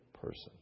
person